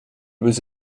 was